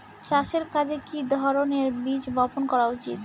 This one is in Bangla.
চাষের কাজে কি ধরনের বীজ বপন করা উচিৎ?